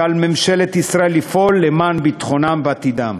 ועל ממשלת ישראל לפעול למען ביטחונם ועתידם.